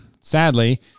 sadly